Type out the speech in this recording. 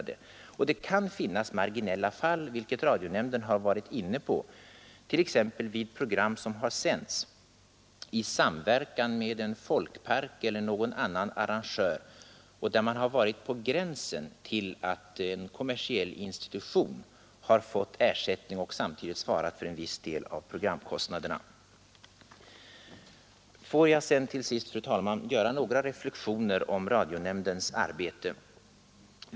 Det kan finnas marginalfall, vilket radionämnden har varit inne på, t.ex. vid program som sänts i samverkan med en folkpark eller någon annan arrangör och där en kommersiell institution har svarat för en viss del av programkostnaderna. Får jag till sist, fru talman, göra några ytterligare reflexioner om radionämndens arbete.